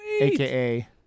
aka